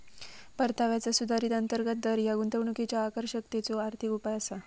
परताव्याचा सुधारित अंतर्गत दर ह्या गुंतवणुकीच्यो आकर्षकतेचो आर्थिक उपाय असा